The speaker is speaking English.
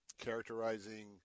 characterizing